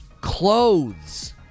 Clothes